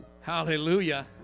Hallelujah